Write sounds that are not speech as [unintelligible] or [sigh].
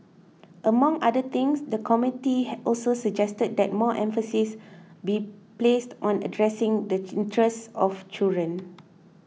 among other things the committee [unintelligible] also suggested that more emphasis be placed on addressing the interests of children